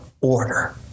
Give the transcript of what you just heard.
order